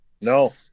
No